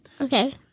Okay